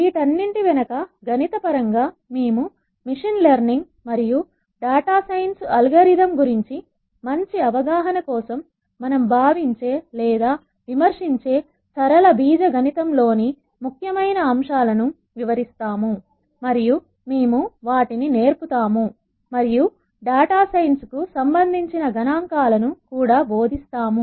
వీటన్నింటి వెనకా గణిత పరంగా మేము మిషన్ లెర్నింగ్ మరియు డాటా సైన్స్ అల్గోరిథం గురించి మంచి అవగాహన కోసం మనం భావించే లేదా విమర్శించే సరళ బీజగణితం లోని ముఖ్యమైన అంశాలను వివరిస్తాము మరియు మేము వాటిని నేర్పు తాము మరియు డాటా సైన్స్ కు సంబంధించిన గణాంకాలను కూడా బోధిస్తాము